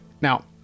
Now